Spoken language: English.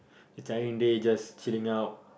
a tiring day just chilling out